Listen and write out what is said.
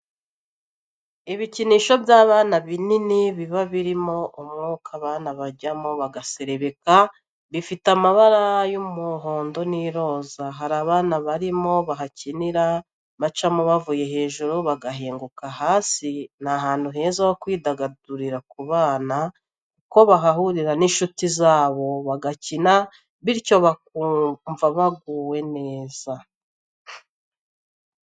Ibikinisho by'abana binini biba birimo umwuka abana bajyamo bagaserebeka, bifite amabara y'umuhondo n'iroza, hari abana barimo bahakinira bacamo bavuye hejuru bagahinguka hasi ni ahantu heza ho kwidagadurira ku bana kuko bahahurira n'inshuti zabo bagakina bityo bakumva baguwe neza.